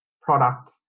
product